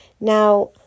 now